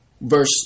verse